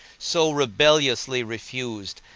so rebelliously refused,